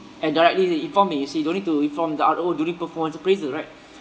and directly in~ inform me see you don't need to inform the R_O during performance appraisal right